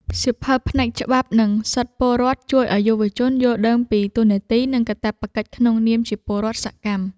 សៀវភៅផ្នែក ច្បាប់ និងសិទ្ធិពលរដ្ឋ ជួយឱ្យយុវជនយល់ដឹងពីតួនាទី និងកាតព្វកិច្ចក្នុងនាមជាពលរដ្ឋសកម្ម។